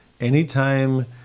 Anytime